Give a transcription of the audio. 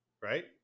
right